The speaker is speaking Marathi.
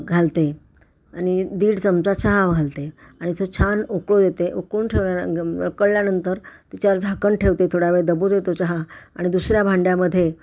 घालते आणि दीड चमचा चहा घालते आणि तो छान उकळू देते उकळून ठेवल्यानं उकळल्यानंतर तिच्यावर झाकण ठेवते थोडा वेळ दबू दे तो चहा आणि दुसऱ्या भांड्यामध्ये